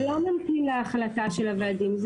זה לא ממתין להחלטה של הוועדים,